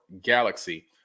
Galaxy